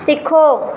सिखो